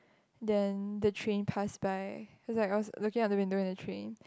then the train pass by cause I was looking at the window and the train